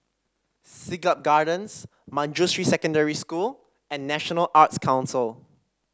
Siglap Gardens Manjusri Secondary School and National Arts Council